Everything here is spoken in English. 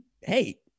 hey